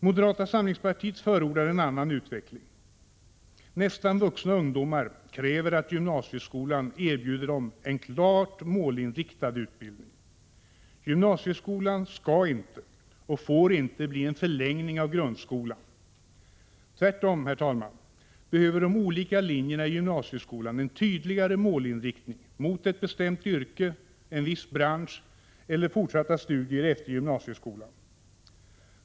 Moderata samlingspartiet förordar en annan utveckling. Nästan vuxna ungdomar kräver att gymnasieskolan erbjuder dem en klart målinriktad utbildning. Gymnasieskolan skall inte, och får inte, bli en förlängning av grundskolan. Tvärtom, herr talman, behöver de olika linjerna i gymnasieskolan en tydligare målinriktning — mot ett bestämt yrke, en viss bransch eller fortsatta studier efter gymnasieskolan.